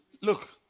look